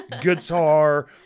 guitar